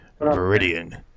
Viridian